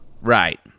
Right